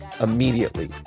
immediately